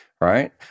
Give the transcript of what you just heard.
Right